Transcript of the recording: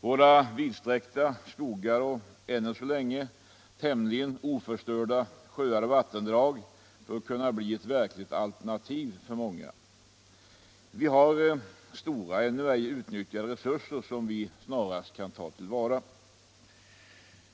Våra vidsträckta skogar och våra ännu så länge tämligen oförstörda sjöar och vattendrag bör kunna bli ett verkligt alternativ för många. Vi har stora ännu ej utnyttjade resurser som vi snarast bör ta till vara.